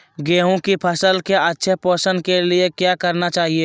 गेंहू की फसल के अच्छे पोषण के लिए क्या करना चाहिए?